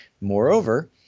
Moreover